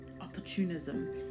opportunism